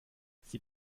sie